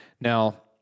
Now